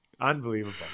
Unbelievable